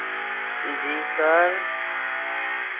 جی سر